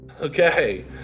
Okay